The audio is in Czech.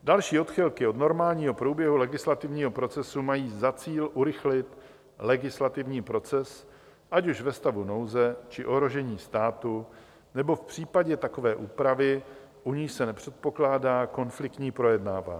Další odchylky od normálního průběhu legislativního procesu mají za cíl urychlit legislativní proces, ať už ve stavu nouze, či ohrožení státu, nebo v případě takové úpravy, u níž se nepředpokládá konfliktní projednávání.